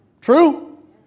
True